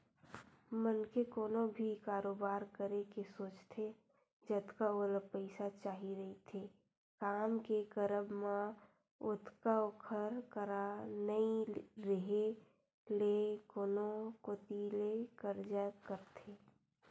मनखे कोनो भी कारोबार करे के सोचथे जतका ओला पइसा चाही रहिथे काम के करब म ओतका ओखर करा नइ रेहे ले कोनो कोती ले करजा करथे